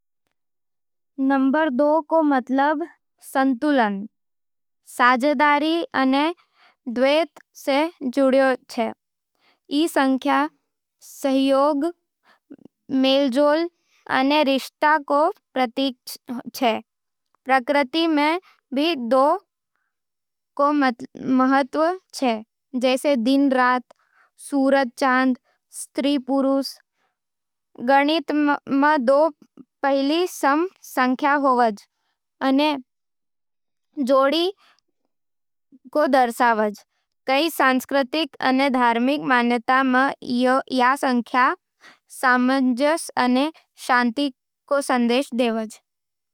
नंबर दो रो मतलब संतुलन, साझेदारी अने द्वैत सै जोड़ा जावे। ई संख्या सहयोग, मेलजोल अने रिश्ते रो प्रतीक होवे। प्रकृति में भी दो रो महत्व होवे, जैंसे दिन-रात, सूरज-चांद, स्त्री-पुरुष। गणित में दो पहली सम संख्या होवे, अने जोड़ी रो दर्शावै। कई सांस्कृतिक अने धार्मिक मान्यतावां में ई संख्या सामंजस्य अने शांति रो संकेत देवै। खेलां में भी टीमवर्क खातर दो संख्या घणी महत्वपूर्ण होवे।